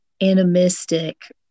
animistic